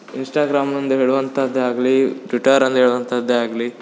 Instagram ಎಂದು ಹೇಳುವಂಥದ್ದೆ ಆಗಲಿ ಟ್ವಿಟರ್ ಎಂದು ಹೇಳುವಂಥದ್ದೇ ಆಗಲಿ